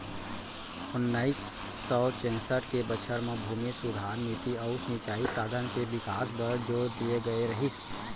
ओन्नाइस सौ चैंसठ के बछर म भूमि सुधार नीति अउ सिंचई साधन के बिकास बर जोर दिए गए रहिस